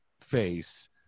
face